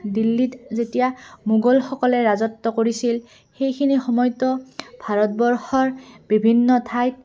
দিল্লীত যেতিয়া মোগলসকলে ৰাজত্ব কৰিছিল সেইখিনি সময়তো ভাৰতবৰ্ষৰ বিভিন্ন ঠাইত